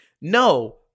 no